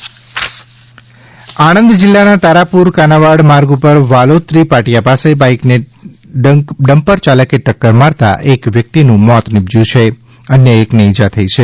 આણંદ અકસ્માત આણંદ જિલ્લાના તારાપુર કાનાવાડા માર્ગ ઉપર વાલોત્રી પાટીયા પાસે બાઇકને ડમ્પર ચાલકે ટક્કર મારતા એક વ્યક્તિનું મોત નિપજયું છે અન્ય એકને ઇજા થઇ છે